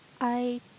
I